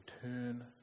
turn